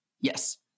yes